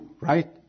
right